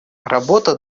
работа